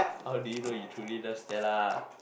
how did you know you truly love Stella